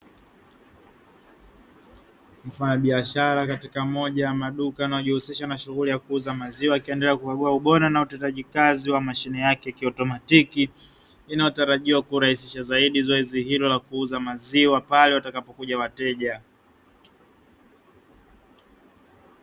Mfanyabiashara katika moja ya maduka yanayojihisisha na shughuli ya kuuza maziwa. Akiendelea kukagua ubora na utendaji kazi wa mashine yake ya kiautomatiki, inayotarajiwa kurahisisha zaidi zoezi hilo la kuuza maziwa pale watakapokuja wateja.